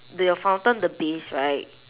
the your fountain the base right